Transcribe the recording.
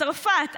צרפת,